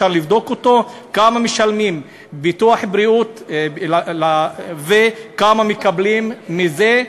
כמה משלמים ביטוח בריאות וכמה מקבלים מזה.